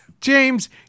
James